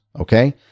okay